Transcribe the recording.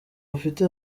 bafite